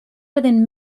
within